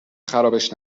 خرابش